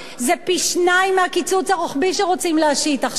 זה פי-שניים מהקיצוץ הרוחבי שרוצים להשית עכשיו.